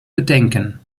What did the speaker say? bedenken